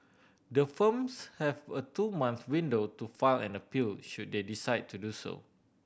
the firms have a two month window to file an appeal should they decide to do so